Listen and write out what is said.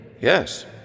Yes